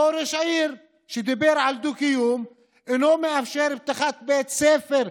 אותו ראש העיר שדיבר על דו-קיום אינו מאפשר פתיחת בית ספר.